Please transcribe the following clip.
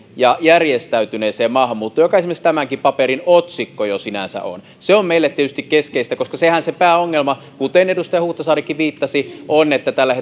ja järjestäytyneeseen maahanmuuttoon joka esimerkiksi tämänkin paperin otsikossa jo sinänsä on se on meille tietysti keskeistä koska sehän se pääongelma kuten edustaja huhtasaarikin viittasi on että tällä